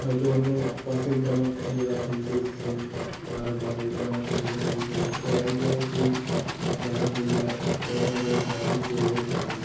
হয়তো অন্য পাশের গ্রামের ছেলেরা খেলতে এসেছে তারও পাশের গ্রামের ছেলেরা খেলতে এল তো এক জায়গায় সেই দেখা হয়ে যায় ওরকমভাবে সামাজিক যোগাযোগ বাড়ে